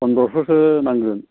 फन्द्रस'सो नांगोन